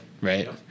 right